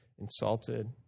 insulted